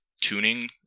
tuning